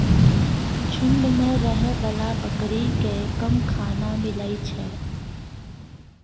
झूंड मे रहै बला बकरी केँ कम खाना मिलइ छै